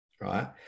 right